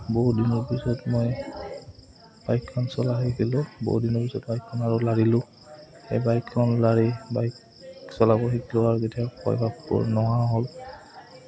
বহু দিনৰ পিছত মই বাইকখন চলাই শিকিলোঁ বহু দিনৰ পিছত বাইকখন আৰু লাৰিলোঁ সেই বাইকখন লাৰি বাইক চলাব শিকিলোঁ আৰু তেতিয়া ভয়ভাৱৱোৰ নোহোৱা হ'ল